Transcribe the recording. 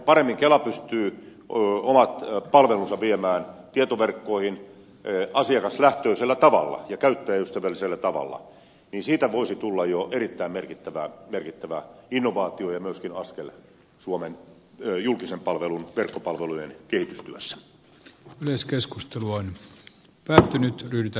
jos kela pystyy omat palvelunsa viemään tietoverkkoihin asiakaslähtöisellä tavalla ja käyttäjäystävällisellä tavalla niin siitä voisi tulla jo erittäin merkittävä innovaatio ja myöskin askel suomen julkisen palvelun pesäpallollyn kertomassa myös keskustelu on verkkopalvelujen kehitystyössä